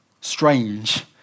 strange